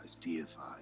deified